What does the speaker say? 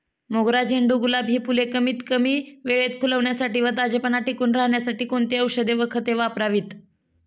मोगरा, झेंडू, गुलाब हि फूले कमीत कमी वेळेत फुलण्यासाठी व ताजेपणा टिकून राहण्यासाठी कोणती औषधे व खते वापरावीत?